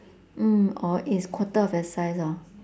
mm or is quarter of your size hor